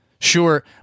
Sure